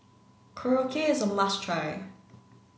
korokke is a must try